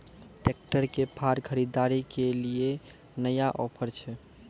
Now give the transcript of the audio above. Tractor के फार खरीदारी के लिए नया ऑफर छ?